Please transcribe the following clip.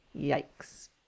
Yikes